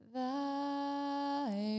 Thy